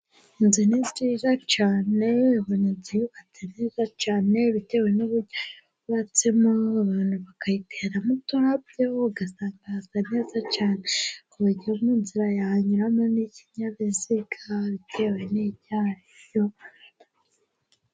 Inzu ni nziza cyane, ubona inzu yubatse neza cyane bitewe n'uburyo yubatsemo abantu bakayiteramo uturabo, ugasanga hasa neza cyane kuburyo mu nzira hahanyuramo n'ikinyabiziga bitewe n'icyo ari cyo.